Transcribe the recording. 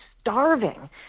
starving